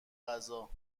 غذا